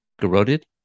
corroded